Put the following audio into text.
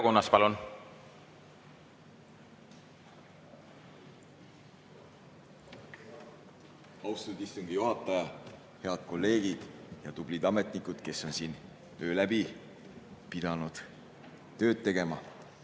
Austatud istungi juhataja! Head kolleegid! Tublid ametnikud, kes on siin öö läbi pidanud tööd tegema!